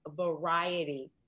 variety